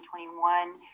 2021